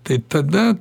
tai tada